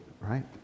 right